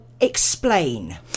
explain